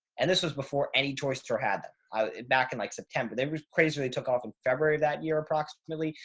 and this was before any toy store had them back in like september. they were crazy. they took off in february of that year approximately.